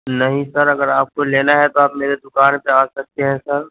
نہیں سر اگر آپ کو لینا ہے تو آپ میرے دُکان پہ آ سکتے ہیں سر